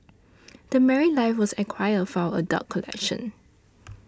The Married Life was acquired for our adult collection